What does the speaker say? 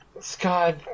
Scott